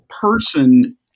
person